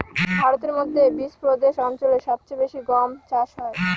ভারতের মধ্যে বিচপ্রদেশ অঞ্চলে সব চেয়ে বেশি গম চাষ হয়